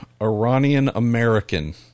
Iranian-American